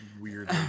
weird